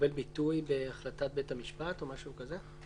תקבל ביטוי בהחלטת בית המשפט או משהו כזה?